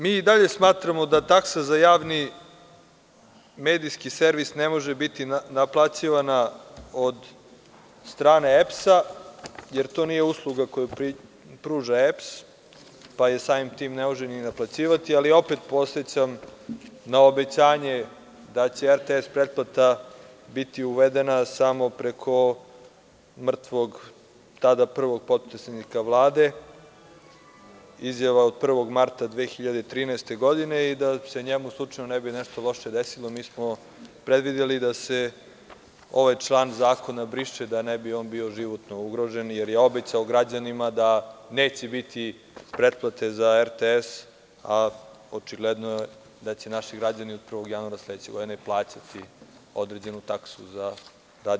Mi i dalje smatramo da taksa za Javni medijski servis ne može biti naplaćivana od strane EPS-a, jer to nije usluga koju pruža EPS, pa je samim tim ne može ni naplaćivati, ali opet podsećam na obećanje da će RTS pretplata biti uvedena samo preko mrtvog tada prvog potpredsednika Vlade, izjava od 1. marta 2013. godine i da se njemu slučajno ne bi nešto loše desilo, mi smo predvideli da se ovaj član zakona briše, da on ne bi bio životno ugrožen, jer je obećao građanima da neće biti pretplate za RTS, a očigledno je da će naši građani od 1. januara sledeće godine plaćati određenu taksu za RTS.